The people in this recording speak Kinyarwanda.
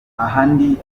ahandi